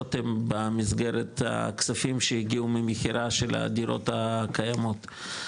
רכישות הן במסגרת הכספים שהגיעו ממכירה של הדירות הקיימות.